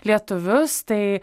lietuvius tai